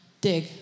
Dig